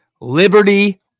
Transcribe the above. Liberty